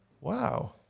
Wow